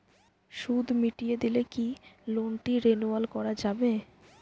সুদ মিটিয়ে দিলে কি লোনটি রেনুয়াল করাযাবে?